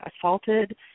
assaulted